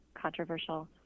controversial